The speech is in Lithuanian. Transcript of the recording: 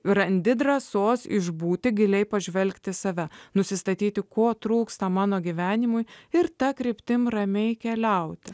randi drąsos išbūti giliai pažvelgti į save nusistatyti ko trūksta mano gyvenimui ir ta kryptim ramiai keliauti